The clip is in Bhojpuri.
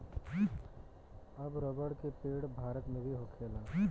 अब रबर के पेड़ भारत मे भी होखेला